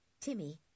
Timmy